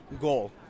goal